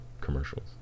commercials